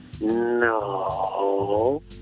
No